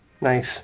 Nice